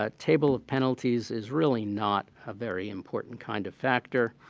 ah table of penalties is really not a very important kind of factor.